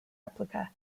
replica